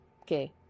Okay